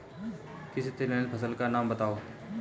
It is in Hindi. किसी तिलहन फसल का नाम बताओ